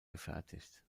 gefertigt